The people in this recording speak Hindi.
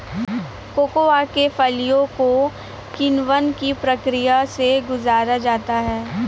कोकोआ के फलियों को किण्वन की प्रक्रिया से गुजारा जाता है